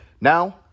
Now